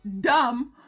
dumb